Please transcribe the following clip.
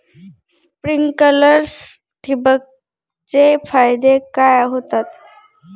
Sprinklers ठिबक चे फायदे काय होतात?